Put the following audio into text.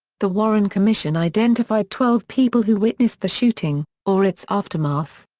the warren commission identified twelve people who witnessed the shooting, or its aftermath.